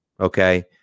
Okay